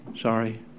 Sorry